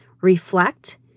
reflect